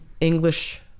english